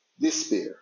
Despair